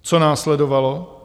Co následovalo?